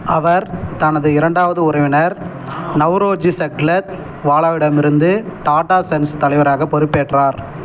அவர் தனது இரண்டாவது உறவினர் நவ்ரோஜி சக்லத் வாலாவிடமிருந்து டாடா சன்ஸ் தலைவராக பொறுப்பேற்றார்